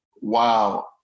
wow